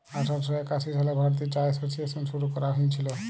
আঠার শ একাশি সালে ভারতীয় চা এসোসিয়েশল শুরু ক্যরা হঁইয়েছিল